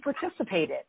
participated